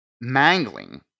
mangling